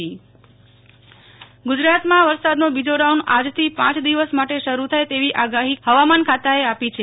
નેહલ ઠકકર વરસાદનો બીજો રાઉન્ડ ગૂજરાતમાં વરસાદનો બીજો રાઉન્ડ આજથી પાંચ દિવસ માટે શરૂ થાય તેવી આગાહી હવામાન ખાતાએ આપી છે